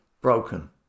broken